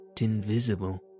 invisible